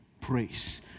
praise